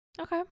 Okay